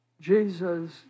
Jesus